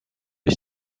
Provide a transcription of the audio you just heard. ich